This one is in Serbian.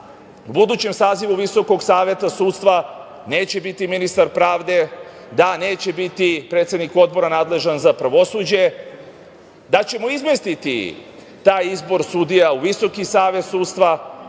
u budućem sazivu Visokog saveta sudstva neće biti ministar pravde, da neće biti predsednik odbora nadležan za pravosuđe, da ćemo izmestiti taj izbor sudija u Visoki savet sudstva